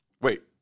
Wait